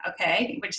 okay